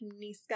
Niska